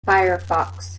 firefox